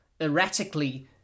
erratically